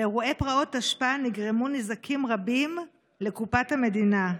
באירועי פרעות תשפ"א נגרמו נזקים רבים לקופת המדינה.